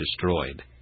destroyed